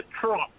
Trump